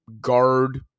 guard